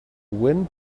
wind